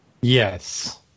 Yes